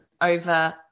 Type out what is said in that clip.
over